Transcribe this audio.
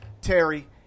Terry